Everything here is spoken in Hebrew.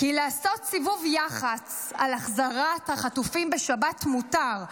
כי לעשות סיבוב יח"צ על החזרת החטופים בשבת מותר,